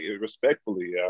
respectfully